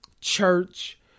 church